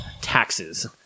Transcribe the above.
Taxes